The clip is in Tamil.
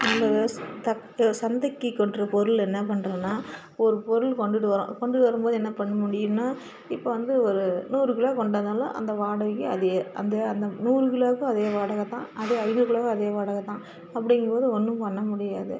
இது தக் சந்தைக்கு கொண்ட்டுவர பொருள் என்ன பண்ணுறோன்னா ஒரு பொருள் கொண்டுகிட்டு வரறோம் கொண்டுகிட்டு வரும் போது என்ன பண்ண முடியும்னால் இப்போ வந்து ஒரு நூறு கிலோ கொண்டுட்டு வந்தாலும் அந்த வாடகைக்கு அதே அந்த அந்த நூறு கிலோவுக்கும் அதே வாடகைத் தான் அதே ஐநூறு கிலோவும் அதே வாடகைத் தான் அப்படிங்கம் போது ஒன்றும் பண்ண முடியாது